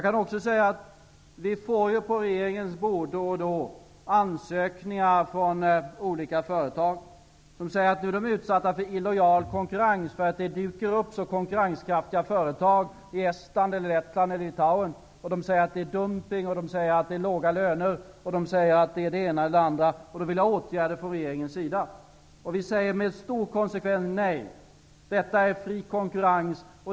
Vi får då och då på regeringens bord ansökningar från olika företag, som säger att de är utsatta för illojal konkurrens då det dyker upp konkurrenskraftiga företag i Estland, Lettland och Litauen. De tycker att det är dumpning, att dessa länder har låga löner, att det är det ena eller andra. De vill att regeringen skall vidta åtgärder. Vi säger med stor konsekvens nej; detta är fri konkurrens.